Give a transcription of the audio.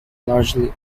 largely